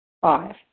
Five